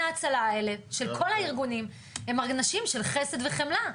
ההצלה האלה של כל הארגונים הם הרי אנשים של חסד וחמלה.